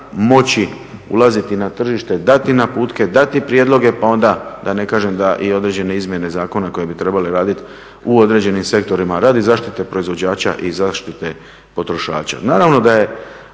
moći ulaziti na tržište, dati naputke, dati prijedloge pa onda da ne kažem da i određene izmjene zakona koje bi trebale raditi u određenim sektorima radi zaštite proizvođača i zaštite potrošača.